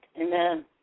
Amen